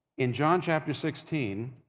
in john, chapter sixteen,